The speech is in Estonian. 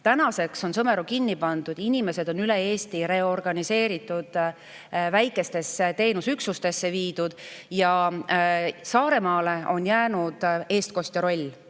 Tänaseks on Sõmeru kinni pandud, inimesed on üle Eesti reorganiseeritud, väikestesse teenusüksustesse viidud, aga Saaremaale on jäänud eestkostja roll